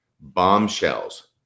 bombshells